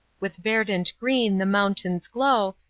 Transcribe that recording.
with verdant green the mountains glow,